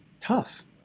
tough